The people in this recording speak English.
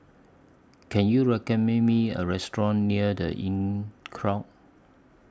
Can YOU recommend Me A Restaurant near The Inncrowd